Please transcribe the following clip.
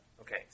Okay